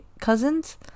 cousins